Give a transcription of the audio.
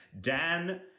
dan